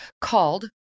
called